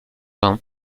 vingts